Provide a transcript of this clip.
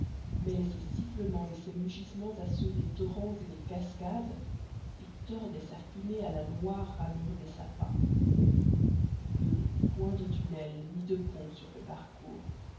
mêlait ses sifflements et ses mugissements à ceux des torrent et des cascades et tordait sa fumée à la noire ramure des sapins peu ou point de tunnels ni de pont sur le parcours